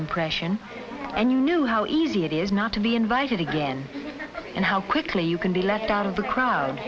impression and you knew how easy it is not to be invited again and how quickly you can be left out of the crowd